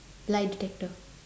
lie detector